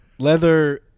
Leather